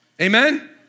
amen